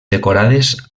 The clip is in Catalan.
decorades